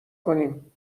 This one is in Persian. کنیم